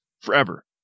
forever